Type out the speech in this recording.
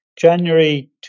January